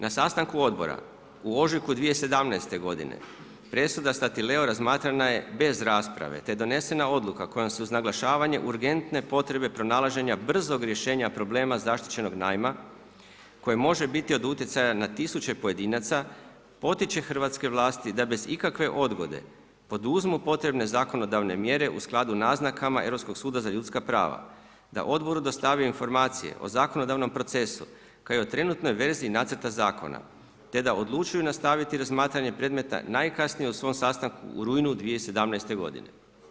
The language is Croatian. Na sastanku odbora u ožujku 2017. godine presuda Statileo razmatrana je bez rasprave te je donesena odluka kojom se uz naglašavanje urgentne potrebe pronalaženja brzog rješenja problema zaštićenog najma koje može biti od utjecaja na tisuće pojedinaca potiče hrvatske vlasti da bez ikakve odgode poduzmu potrebne zakonodavne mjere u skladu naznakama Europskog suda za ljudska prava, da odboru dostave informacije o zakonodavnom procesu kao i o trenutnoj vezi nacrta zakona te da odlučuju nastaviti razmatranje predmeta najkasnije u svom sastanku u rujnu 2017. godine.